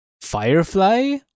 Firefly